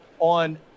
on